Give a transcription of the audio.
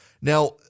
Now